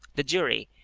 the jury,